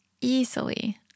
easily